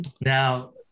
Now